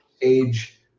age